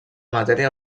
matèria